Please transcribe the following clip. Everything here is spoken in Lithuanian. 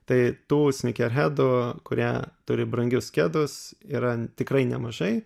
tai tų snykerhedų kurie turi brangius kedus yra tikrai nemažai